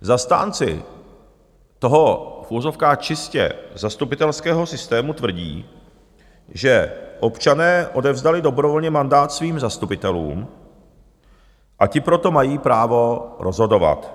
Zastánci toho v uvozovkách čistě zastupitelského systému tvrdí, že občané odevzdali dobrovolně mandát svým zastupitelům, a ti proto mají právo rozhodovat.